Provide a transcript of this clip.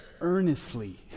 earnestly